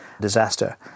disaster